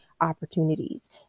opportunities